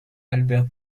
albert